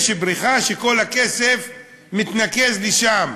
יש בריכה שכל הכסף מתנקז לשם,